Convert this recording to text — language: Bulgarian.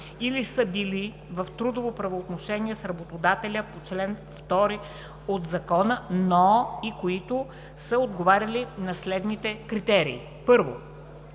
или са били в трудово правоотношение с работодателя по чл. 2 от Закона, но и които са отговаряли на следните критерии: Първо,